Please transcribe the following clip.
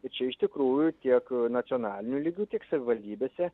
tai čia iš tikrųjų tiek nacionaliniu lygiu tiek savivaldybėse